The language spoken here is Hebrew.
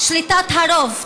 שליטת הרוב,